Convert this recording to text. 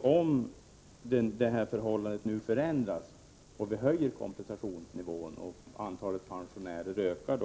Om det här förhållandet nu förändras och vi höjer kompensationsnivån och antalet pensionärer ökar,